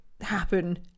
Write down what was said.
happen